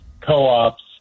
co-ops